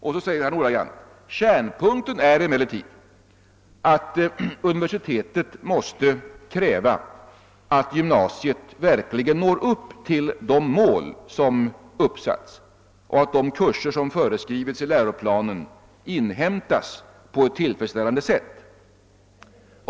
Vidare säger han ordagrant: »Kärnpunkten är emellertid, att universitetet måste kräva, att gymnasiet verkligen når upp till de mål som uppsatts och att de kurser som föreskrivits i läroplanen inhämtas på ett tillfredsställande sätt.